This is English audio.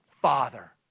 Father